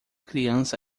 criança